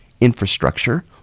infrastructure